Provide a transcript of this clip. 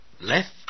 Left